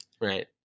Right